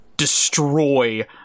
destroy